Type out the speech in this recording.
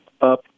up